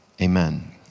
Amen